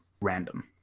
random